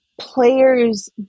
players